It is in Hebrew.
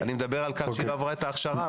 אני מדבר על כך שהיא לא עברה את ההכשרה.